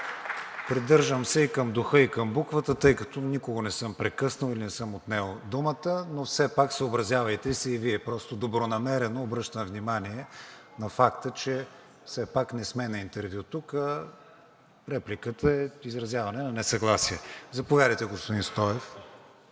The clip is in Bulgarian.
Придържам се и към духа, и към буквата, тъй като никого не съм прекъснал или не съм отнел думата, но все пак съобразявайте се и Вие. Просто добронамерено обръщам внимание на факта, че все пак тук не сме на интервю. Репликата е изразяване на несъгласие. Заповядайте, господин Стоев.